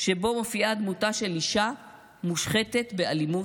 שבו מופיע דמותה של אישה מושחתת באלימות?